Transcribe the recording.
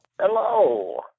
Hello